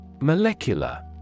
Molecular